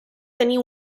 tenir